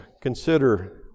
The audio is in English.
consider